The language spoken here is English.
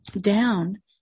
down